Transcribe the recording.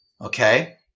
okay